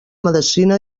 medicina